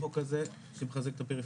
מה יש במסגרת החוק הזה שמחזק את הפריפריה?